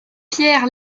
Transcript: pierre